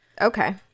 Okay